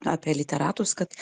apie literatus kad